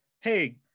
hey